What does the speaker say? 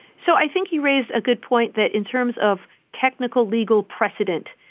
so i think he raised a good point that in terms of technical legal precedent,